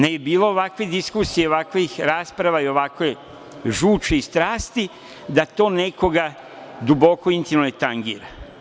Ne bi bilo ovakve diskusije i ovakvih rasprava i ovakve žuči i strasti da to nekoga duboko intimno ne tangira.